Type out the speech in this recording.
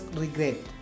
regret